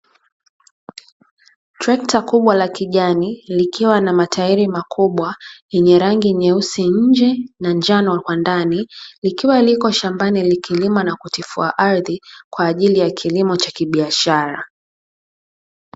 Trekta kubwa la kijani likiwa na matairi makubwa lenye rangi nyeusi nje na njano kwa ndani. Likiwa lipo shambani likilima na kutifua ardhi kwa ajili ya kilimo cha kibiashara.